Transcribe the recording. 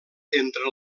entre